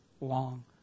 long